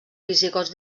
visigots